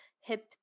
hip